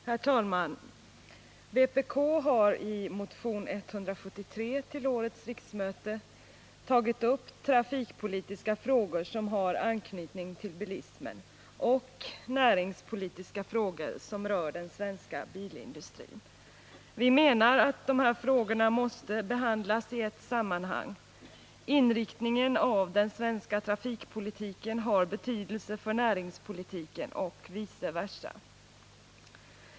Herr talman! Vpk har i motion 173 till årets riksmöte tagit upp trafikpolitiska frågor, som har anknytning till bilismen, och näringspolitiska frågor, som rör den svenska bilindustrin. Vi menar att dessa frågor måste behandlas i ett sammanhang; inriktningen av den svenska trafikpolitiken har betydelse för näringspolitiken och vice versa.